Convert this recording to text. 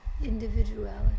individuality